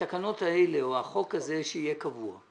שהתקנות האלה או החוק הזה יהיה קבוע.